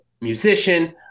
musician